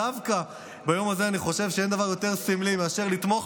דווקא ביום הזה אני חושב שאין דבר יותר סמלי מאשר לתמוך